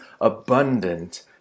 abundant